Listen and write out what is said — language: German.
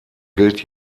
gilt